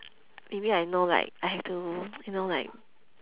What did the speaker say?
maybe I know like I have to you know like